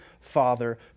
father